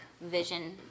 vision